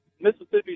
Mississippi